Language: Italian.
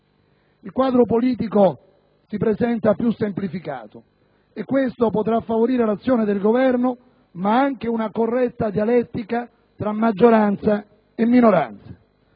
Il quadro politico si presenta più semplificato e questo potrà favorire l'azione del Governo, ma anche una corretta dialettica tra maggioranza e minoranze.